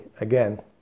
again